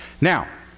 Now